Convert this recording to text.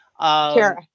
Kara